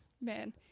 Man